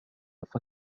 فكر